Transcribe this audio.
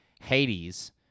Hades